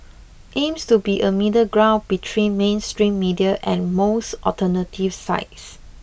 aims to be a middle ground between mainstream media and most alternative sites